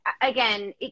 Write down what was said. again